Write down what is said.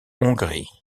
hongrie